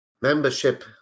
membership